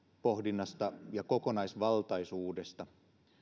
pohdinnasta ja kokonaisvaltaisuudesta